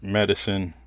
medicine